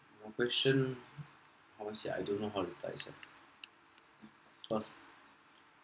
your question honestly I don't know how to reply sia cause